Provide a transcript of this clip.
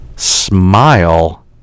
smile